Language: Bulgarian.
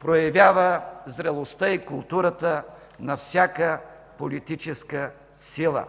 проявява зрелостта и културата на всяка политическа сила.